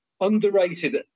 Underrated